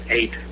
Eight